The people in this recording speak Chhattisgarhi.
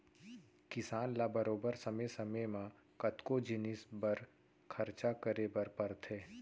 किसान ल बरोबर समे समे म कतको जिनिस बर खरचा करे बर परथे